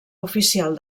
oficial